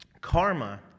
Karma